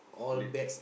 play